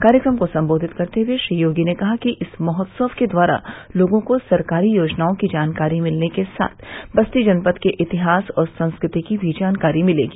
कार्यक्रम को संबोधित करते हुए श्री योगी ने कहा कि इस महोत्सव के द्वारा लोगों को सरकारी योजनाओं की जानकारी मिलने के साथ बस्ती जनपद के इतिहास और संस्कृति की भी जानकारी मिलेगी